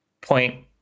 point